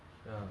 ya